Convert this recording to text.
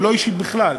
ולא אישית בכלל.